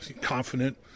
confident